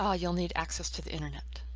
um you'll need access to the internet.